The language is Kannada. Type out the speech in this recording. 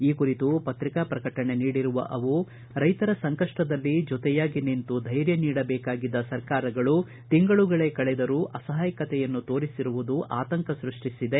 ಈ ಕುರಿತು ಪತ್ರಿಕಾ ಪ್ರಕಟಣೆ ನೀಡಿರುವ ಅವು ರೈತರ ಸಂಕಷ್ಟದಲ್ಲಿ ಜೊತೆಯಾಗಿ ನಿಂತು ಧೈರ್ಯ ನೀಡಬೇಕಾಗಿದ್ದ ಸರ್ಕಾರಗಳು ತಿಂಗಳುಗಳೇ ಕಳೆದರೂ ಅಸಹಾಯಕತೆಯನ್ನು ತೋರಿಸಿರುವುದು ಆತಂಕ ಸೃಷ್ಟಿಸಿದೆ